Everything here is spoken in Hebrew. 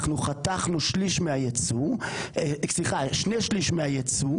אנחנו חתכו שני שליש מהייצוא.